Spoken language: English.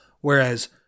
whereas